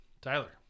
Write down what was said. Tyler